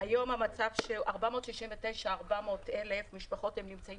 היום 469,000 משפחות נמצאות